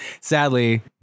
sadly